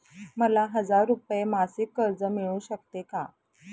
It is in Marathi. मला हजार रुपये मासिक कर्ज मिळू शकते का?